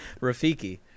Rafiki